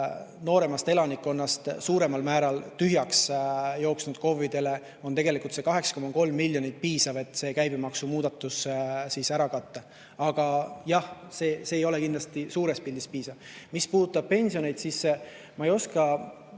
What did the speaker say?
nooremast elanikkonnast suuremal määral tühjaks jooksnud KOV-idele on tegelikult see 8,3 miljonit piisav, et käibemaksumuudatus ära katta. Aga jah, see ei ole kindlasti suures pildis piisav. Mis puudutab pensione, siis ma ei suuda